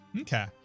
Okay